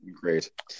Great